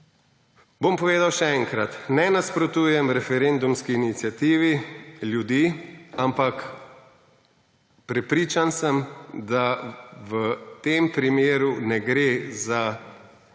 Bom povedal še enkrat. Ne nasprotujem referendumski iniciativi ljudi, ampak prepričan sem, da v tem primeru ne gre za pobudo